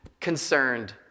concerned